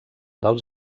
dels